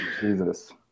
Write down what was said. Jesus